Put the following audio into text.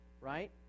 right